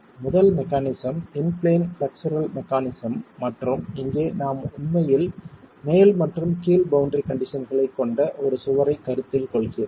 முதல் mechanism in plane flexural mechanism மற்றும் இங்கே நாம் உண்மையில் மேல் மற்றும் கீழ் பௌண்டரி கண்டிஷன்களைக் கொண்ட ஒரு சுவரைக் கருத்தில் கொள்கிறோம்